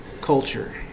culture